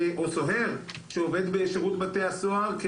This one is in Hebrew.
או סוהר שעובד בשירות בתי הסוהר,